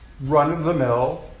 run-of-the-mill